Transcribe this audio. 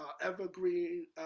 evergreen